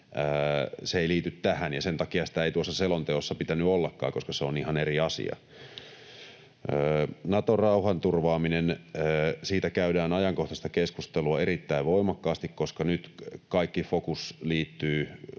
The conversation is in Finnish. Se ei liity tähän, ja sen takia sitä ei tuossa selonteossa pitänyt ollakaan, koska se on ihan eri asia. Nato-rauhanturvaaminen: Siitä käydään ajankohtaista keskustelua erittäin voimakkaasti, koska nyt kaikki fokus liittyy